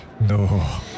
No